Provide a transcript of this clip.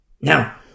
Now